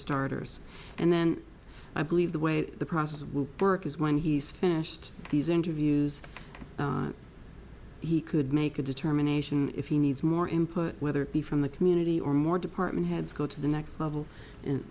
starters and then i believe the way the process will work is when he's finished these interviews he could make a determination if he needs more input whether it be from the community or more department heads go to the next level and